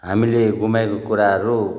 हामीले गुमाएको कुराहरू